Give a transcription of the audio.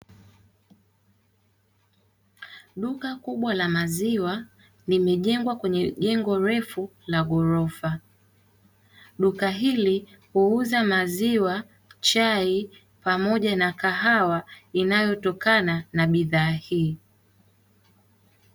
Duka kubwa la maziwa limejengwa kwenye jengo refu la ghorofa. Duka hili huuza maziwa, chai pamoja na kahawa inayotokana na bidhaa hii.